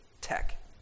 tech